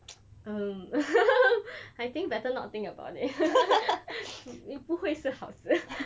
um I think better not think about it 也不会是好事